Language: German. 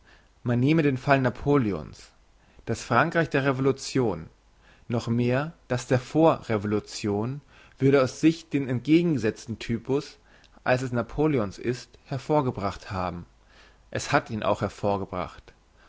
man nehme den fall napoleon's das frankreich der revolution und noch mehr das der vorrevolution würde aus sich den entgegengesetzten typus als der napoleon's ist hervorgebracht haben es hat ihn auch hervorgebracht